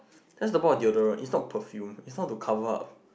that's about the deodorant is not perfume is not to cover up